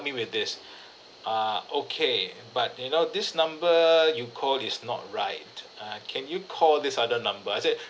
me with this err okay but you know this number you called is not right err can you call this other number I said